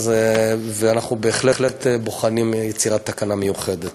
ואנחנו בהחלט בוחנים יצירת תקנה מיוחדת.